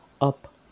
up